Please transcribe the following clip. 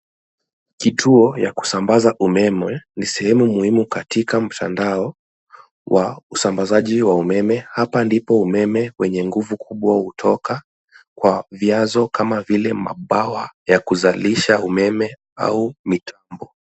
Kituo ya kusambaza umeme ni sehemu muhimu katika mtandao wa usambazaji wa umeme. Hapa ndipo umeme wenye nguvu kubwa hutoka kwa vianzo kama vile mabawa ya kuzalisha umeme au mitambo.